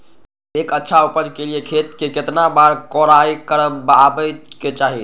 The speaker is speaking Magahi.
एक अच्छा उपज के लिए खेत के केतना बार कओराई करबआबे के चाहि?